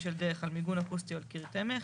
של דרך על מיגון אקוסטי או על קיר תמך,